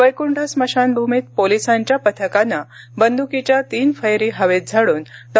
वैकुंठ स्मशानभूमीत पोलिसांच्या पथकानं बंदुकीच्या तीन फैरी हवेत झाडून डॉ